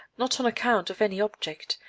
not on account of any object,